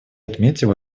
отметил